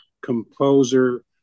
Composer